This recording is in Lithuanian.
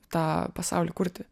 tą pasaulį kurti